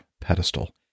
pedestal